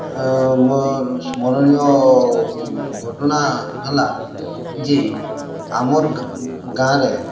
ମୋର୍ ସ୍ମରଣୀୟ ଘଟଣା ହେଲା ଯେ ଆମର୍ ଗାଁରେ